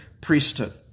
priesthood